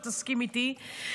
אתה תסכים איתי.